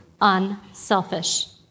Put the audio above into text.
unselfish